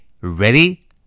Ready